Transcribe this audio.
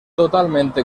totalmente